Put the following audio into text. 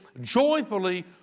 joyfully